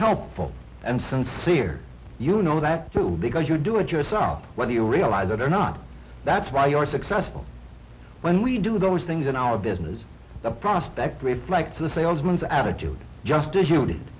helpful and sincere you know that too because you do it yourself whether you realize it or not that's why you are successful when we do those things in our business the prospect reflects the salesman's attitude just